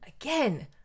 again